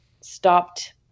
stopped